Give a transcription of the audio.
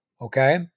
okay